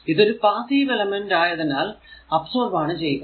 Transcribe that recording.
ഇത് ഒരു passive element ആയതിനാൽ അബ്സോർബ് ആണ് ചെയ്യുക